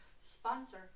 sponsor